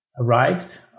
arrived